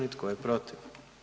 I tko je protiv?